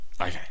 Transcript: okay